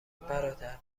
برادر